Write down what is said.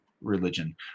religion